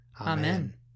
Amen